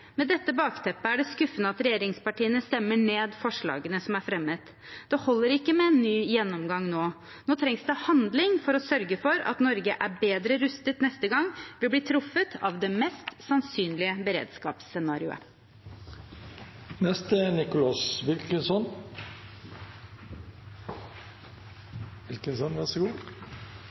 Med dette bakteppet er det skuffende at regjeringspartiene stemmer ned forslagene som er fremmet. Det holder ikke med en ny gjennomgang nå. Nå trengs det handling for å sørge for at Norge er bedre rustet neste gang vi blir truffet av det mest sannsynlige beredskapsscenarioet. Bruun-Gundersen snakket om flere plasser på høyere utdanning. Det er